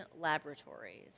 laboratories